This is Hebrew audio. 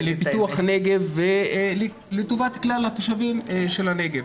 לפיתוח הנגב ולטובת כלל תושבי הנגב.